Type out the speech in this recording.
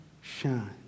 shine